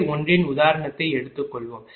முறை 1 இன் உதாரணத்தை எடுத்துக்கொள்வோம்